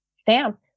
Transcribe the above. stamp